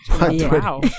Wow